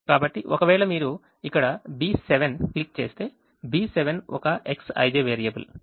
కాబట్టి ఒకవేళ మీరు ఇక్కడ B7 క్లిక్ చేస్తే B7 ఒక Xij వేరియబుల్